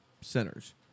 centers